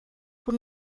por